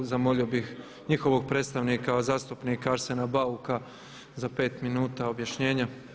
Zamolio bih njihovog predstavnika zastupnika Arsena Bauka za 5 minuta objašnjenja.